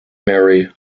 mary